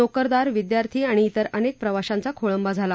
नोकरदार विद्यार्थी आणि ज्वेर अनेक प्रवाशांचा खोळंबा झाला